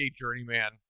journeyman